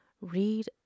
read